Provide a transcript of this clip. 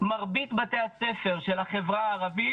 מרבית בתי הספר של החברה הערבית,